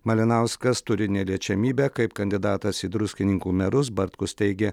malinauskas turi neliečiamybę kaip kandidatas į druskininkų merus bartkus teigė